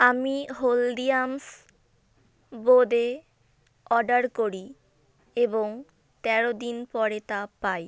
আমি হলদিরামস বোঁদে অর্ডার করি এবং তেরো দিন পরে তা পাই